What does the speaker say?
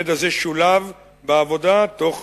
ידע זה שולב בעבודה תוך